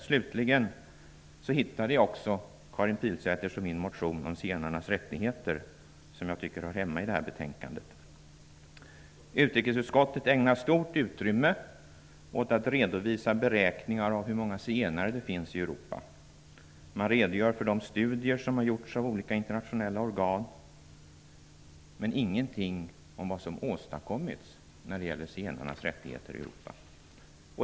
Slutligen hittade jag också Karin Jag tycker att den hör hemma i det här betänkandet. Utrikesutskottet ägnar stort utrymme åt att redovisa beräkningar av hur många zigenare det finns i Europa. Man redogör för de studier som har gjorts av olika internationella organ. Men det står ingenting om vad som åstadskommits när det gäller zigenarnas rättigheter i Europa.